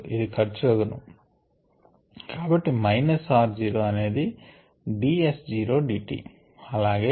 ఇది ఖర్చు అగును కాబట్టి మైనస్ r జీరో అనేది d S zero d t